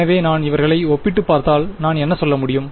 எனவே நான் இவர்களை ஒப்பிட்டுப் பார்த்தால் நான் என்ன சொல்ல முடியும்